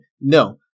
no